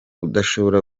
udashobora